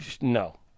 no